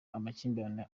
amakimbirane